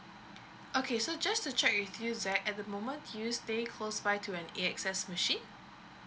okay so just to check with you zack at the moment do you stay close by to an AXS machine